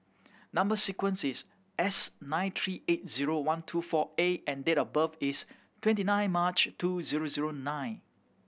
number sequence is S nine three eight zero one two four A and date of birth is twenty nine March two zero zero nine